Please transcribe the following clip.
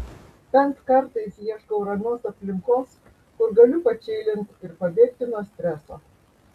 bent kartais ieškau ramios aplinkos kur galiu pačilint ir pabėgti nuo streso